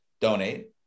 donate